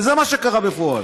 וזה מה שקרה בפועל.